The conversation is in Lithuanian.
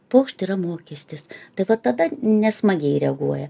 pokšt yra mokestis tai vat tada nesmagiai reaguoja